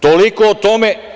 Toliko o tome.